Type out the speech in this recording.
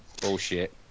Bullshit